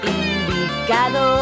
indicado